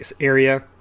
area